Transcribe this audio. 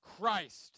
Christ